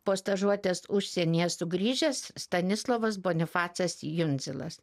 po stažuotės užsienyje sugrįžęs stanislovas bonifacas jundzilas